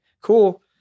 cool